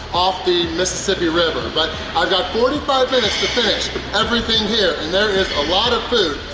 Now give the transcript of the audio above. off the mississippi river. but, i've got forty five minutes to finish but everything here and there is a lot of food.